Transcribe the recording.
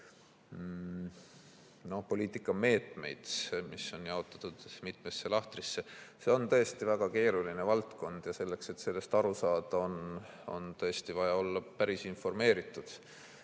poliitikameetmeid, mis on jaotatud mitmesse lahtrisse – on tõesti väga keeruline valdkond ja selleks, et sellest aru saada, on tõesti vaja olla päris informeeritud.